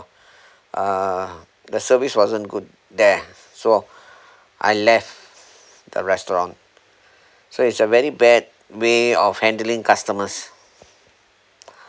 uh the service wasn't good there so I left the restaurant so it's a very bad way of handling customers